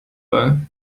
bei